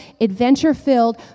adventure-filled